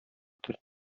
тел